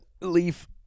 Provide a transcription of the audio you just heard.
leaf